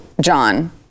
John